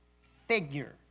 figure